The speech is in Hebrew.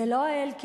זה לא אלקינים,